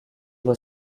were